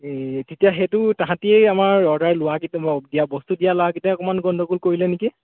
এই তেতিয়া সেইটো তাহাঁতিয়ে আমাৰ অৰ্ডাৰ লোৱা কেইজন দিয়া বস্তু দিয়া ল'ৰাকেইটাই অকণমান গণ্ডগোল কৰিলে নেকি